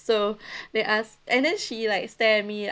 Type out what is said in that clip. so they ask and then she like stare at me